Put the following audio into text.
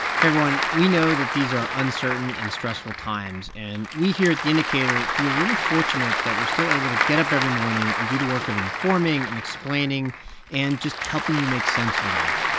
hey, everyone. we know that these are uncertain and stressful times. and we here at the indicator feel really fortunate that we're still able to get up every morning and do the work of informing and explaining and just helping you make sense of it all.